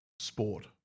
sport